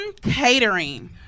catering